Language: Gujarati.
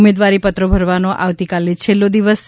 ઉમેદવારી પત્રો ભરવાનો આવતીકાલે છેલ્લો દિવસ છે